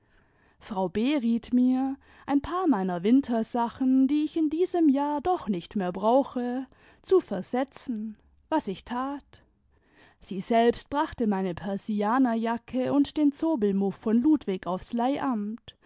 frau b riet mir ein paar meiner wintersachen die ich in diesem jahr doch nicht mehr brauche zu versetzen was ich tat sie selbst brachte meine persianerjacke und den zobelmuff von ludwig aufs